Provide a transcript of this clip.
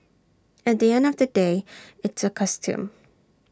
at the end of the day it's A costume